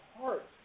heart